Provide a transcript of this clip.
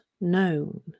known